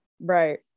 Right